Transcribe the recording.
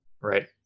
right